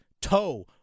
toe